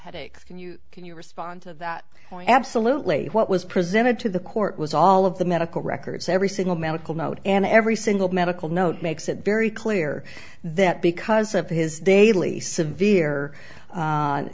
headache and you can you respond to that point absolutely what was presented to the court was all of the medical records every single medical note and every single medical note makes it very clear that because of his daily severe